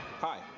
Hi